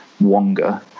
Wonga